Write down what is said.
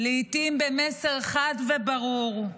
לעיתים במסר חד וברור.